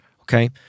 Okay